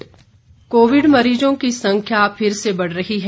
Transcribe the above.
Covid संदेश covid मरीजों की संख्या फिर से बढ़ रही है